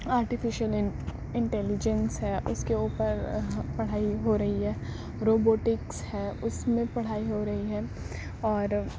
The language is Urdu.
آرٹیفشیل انٹ انٹیلیجینس ہے اس کے اوپر پڑھائی ہو رہی ہے روبوٹکس ہے اس میں پڑھائی ہو رہی ہے اور